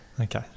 Okay